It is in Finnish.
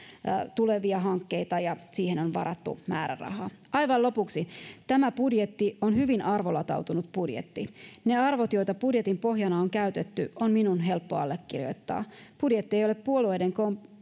tulevia hankkeita ja niihin on varattu määrärahaa aivan lopuksi tämä budjetti on hyvin arvolatautunut budjetti ne arvot joita budjetin pohjana on käytetty on minun helppo allekirjoittaa budjetti ei ole puolueiden